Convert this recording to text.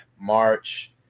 March